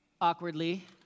awkwardly